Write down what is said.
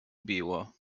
biło